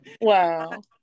Wow